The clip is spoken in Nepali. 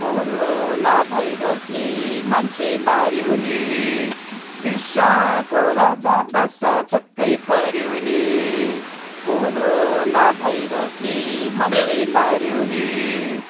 कोरोना भाइरसले मान्छे माऱ्यो नि विश्वको राजा बादशाह छक्कै पऱ्यो नि कोरोना भाइरसले मान्छे माऱ्यो नि